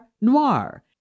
noir